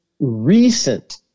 Recent